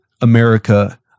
America